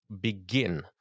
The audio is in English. begin